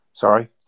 Sorry